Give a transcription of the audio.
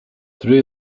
three